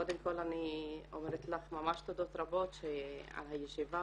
קודם כל אני אומרת לך ממש תודות רבות על הישיבה